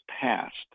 passed